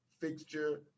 fixture